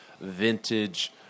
vintage